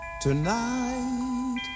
Tonight